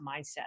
mindset